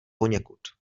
poněkud